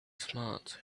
smart